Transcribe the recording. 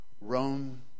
Rome